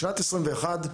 בשנת 2021,